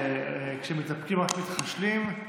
וכשמתאפקים רק מתחשלים.